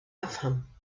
أفهم